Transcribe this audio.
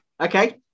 Okay